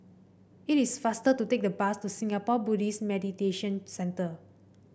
it is faster to take the bus to Singapore Buddhist Meditation Centre